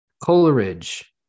Coleridge